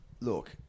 Look